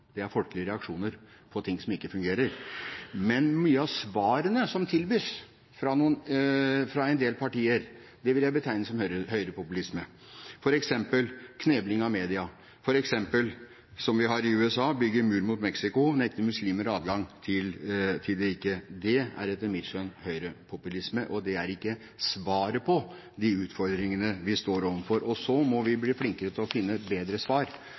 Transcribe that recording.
Det er folkelige reaksjoner på ting som ikke fungerer. Men mange av svarene som tilbys fra en del partier, vil jeg betegne som høyrepopulisme. Knebling av media, f.eks., og det vi hører om fra USA, om å bygge mur mot Mexico og nekte muslimer adgang til riket ‒ det er etter mitt skjønn høyrepopulisme. Det er ikke svaret på de utfordringene vi står overfor. Og så må vi bli flinkere til å finne bedre svar